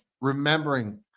remembering